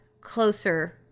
closer